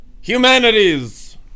Humanities